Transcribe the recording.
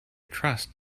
trust